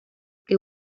que